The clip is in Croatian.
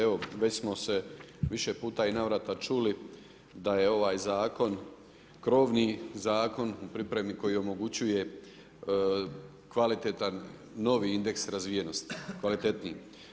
Evo već smo se više puta i navrata čuli da je ovaj zakon krovni zakon u pripremi koji omogućuje kvalitetan novi indeks razvijenosti, kvalitetniji.